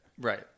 Right